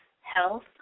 health